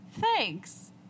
Thanks